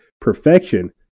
perfection